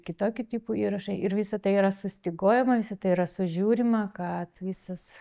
kitokių tipų įrašai ir visa tai yra sustyguojama visa tai yra sužiūrima kad visas